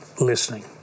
listening